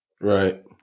Right